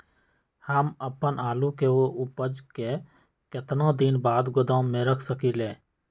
हम अपन आलू के ऊपज के केतना दिन बाद गोदाम में रख सकींले?